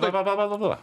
va va va va va va